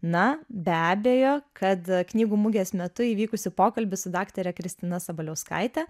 na be abejo kad knygų mugės metu įvykusį pokalbį su daktare kristina sabaliauskaite